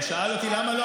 הוא שאל אותי: